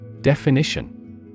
Definition